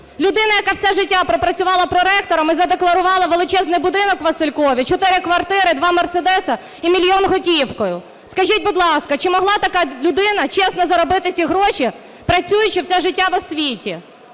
людина, яка все життя пропрацювала проректором і задекларувала величезний будинок у Василькові, чотири квартири, два мерседеси і мільйон готівкою, скажіть, будь ласка, чи могла така людина чесно заробити ці гроші працюючи все життя в освіті?